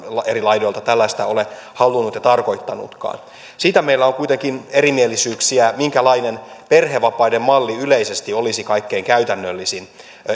eri laidoilta tällaista ole halunnut ja tarkoittanutkaan siitä meillä on kuitenkin erimielisyyksiä minkälainen perhevapaiden malli yleisesti olisi kaikkein käytännöllisin